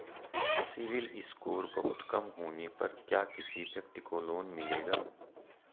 CIBIL score बहुत कम होने पर क्या किसी व्यक्ति को लोंन मिलेगा?